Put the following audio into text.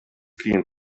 cream